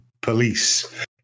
police